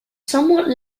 somewhat